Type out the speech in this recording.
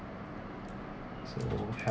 so